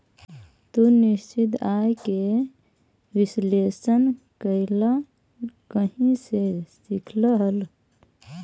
तू निश्चित आय के विश्लेषण कइला कहीं से सीखलऽ हल?